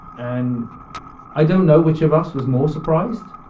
and i don't know which of us was more surprised.